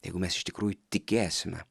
jeigu mes iš tikrųjų tikėsime